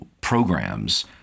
programs